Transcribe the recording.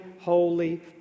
Holy